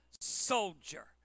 soldier